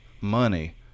money